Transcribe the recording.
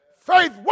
Faith